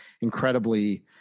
incredibly